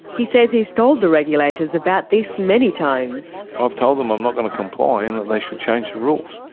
he says he's told the regulators about this many times. i've told them i'm not going to comply and that they should change the rules.